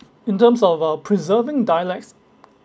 in terms of uh preserving dialects